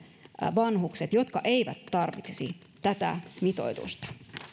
vanhukset jotka eivät tarvitsisi tätä mitoitusta